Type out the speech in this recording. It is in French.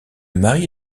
mari